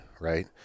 right